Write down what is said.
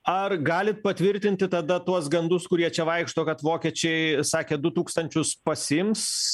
ar galit patvirtinti tada tuos gandus kurie čia vaikšto kad vokiečiai sakė du tūkstančius pasiims